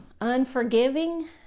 unforgiving